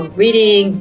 reading